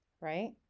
right